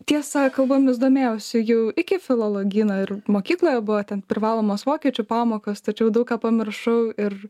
tiesa kalbomis domėjausi jau iki filologyno ir mokykloje buvo ten privalomos vokiečių pamokos tačiau daug ką pamiršau ir